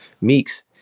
Meeks